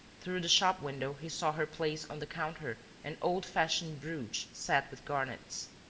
through the shop-window he saw her place on the counter an old-fashioned brooch set with garnets.